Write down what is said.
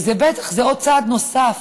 וזה בטח עוד צעד נוסף.